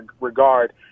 regard –